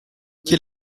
quel